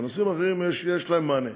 בנושאים אחרים יש להם מענה.